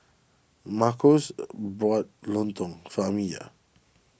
Marcos bought lontong for Amiyah